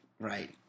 Right